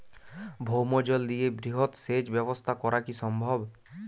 ভৌমজল দিয়ে বৃহৎ সেচ ব্যবস্থা করা কি সম্ভব?